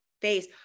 face